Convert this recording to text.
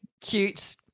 cute –